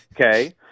okay